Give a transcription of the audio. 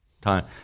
time